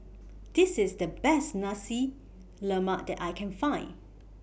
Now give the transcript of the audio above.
This IS The Best Nasi Lemak that I Can Find